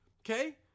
okay